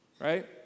Right